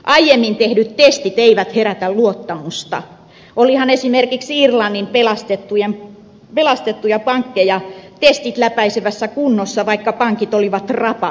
aiemmin tehdyt testit eivät herätä luottamusta olihan esimerkiksi irlannin pelastettuja pankkeja testit läpäisevässä kunnossa vaikka pankit olivat rapakunnossa